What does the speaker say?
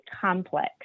complex